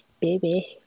Baby